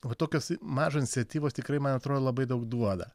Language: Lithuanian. o tokios mažos iniciatyvos tikrai man atrodo labai daug duoda